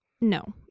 No